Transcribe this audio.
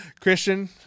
Christian